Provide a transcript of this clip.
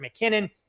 McKinnon